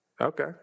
Okay